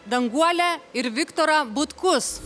danguolę ir viktorą butkus